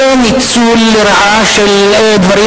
זה ניצול לרעה של דברים,